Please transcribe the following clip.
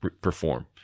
perform